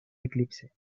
eclipse